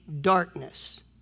darkness